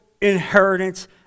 inheritance